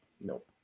Nope